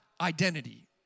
identity